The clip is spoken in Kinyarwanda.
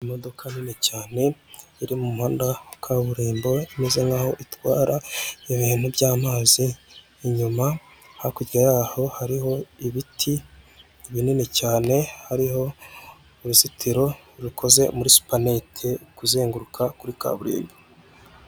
Imodoka nini cyane iri mu muhanda wa kaburimbo imeze nk'aho itwara ibintu by'amazi, inyuma hakurya y'aho hariho ibiti binini cyane, hariho uruzitiro rukoze muri supaninete, kuzenguruka kuri kaburimbo.